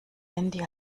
handy